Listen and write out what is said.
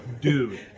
Dude